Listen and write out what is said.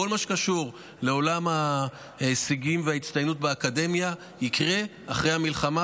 כל מה שקשור לעולם ההישגים וההצטיינות באקדמיה יקרה אחרי המלחמה,